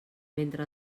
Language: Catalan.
mentre